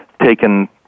taken